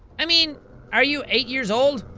i mean are you eight years old?